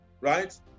Right